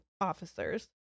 officers